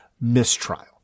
mistrial